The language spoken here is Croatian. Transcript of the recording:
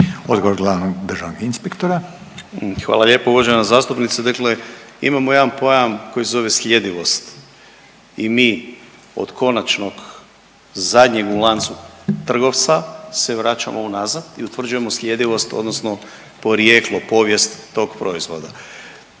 Odgovor glavnog državnog inspektora. **Mikulić, Andrija (HDZ)** Hvala lijepo uvažena zastupnice. Dakle, imamo jedan pojam koji se zove sljedivost i mi od konačnog zadnjeg u lancu trgovca se vraćamo unazad i utvrđujemo sljedivost odnosno porijeklo, povijest tog proizvoda.